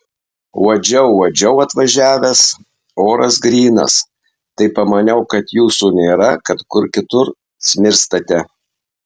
uodžiau uodžiau atvažiavęs oras grynas tai pamaniau kad jūsų nėra kad kur kitur smirstate